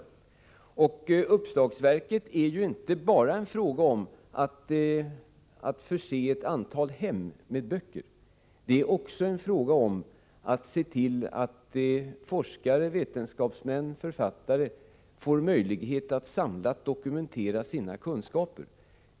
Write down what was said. Utgivande av ett uppslagsverk är ju inte bara en fråga om att förse ett antal hem med böcker. Där är det också fråga om att se till att forskare, vetenskapsmän och författare får möjlighet att samlat dokumentera sina kunskaper.